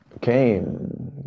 came